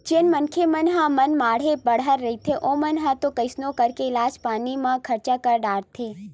जेन मनखे मन ह मनमाड़े बड़हर रहिथे ओमन ह तो कइसनो करके इलाज पानी म खरचा कर डारथे